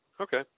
Okay